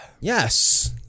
yes